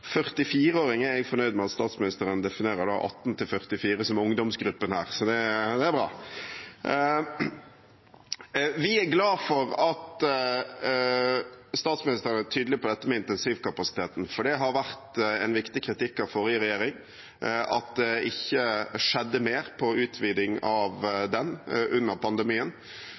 jeg fornøyd med at statsministeren definerer 18–44 år som ungdomsgruppen. Det er bra. Vi er glade for at statsministeren har vært tydelig når det gjelder intensivkapasiteten. Det har vært en viktig kritikk av den forrige regjeringen, at det ikke skjedde mer på utviding av den kapasiteten under pandemien.